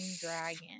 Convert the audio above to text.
dragon